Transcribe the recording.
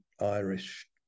irish